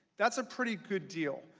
that's a pretty good deal.